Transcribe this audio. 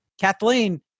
Kathleen